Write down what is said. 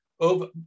Over